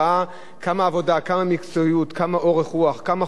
כמה חוכמה השקעת בקידום החוק,